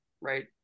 Right